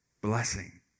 Blessing